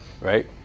right